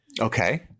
Okay